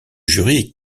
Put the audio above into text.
jury